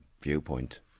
viewpoint